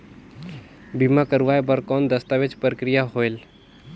बीमा करवाय बार कौन दस्तावेज प्रक्रिया होएल?